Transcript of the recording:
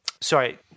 Sorry